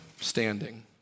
standing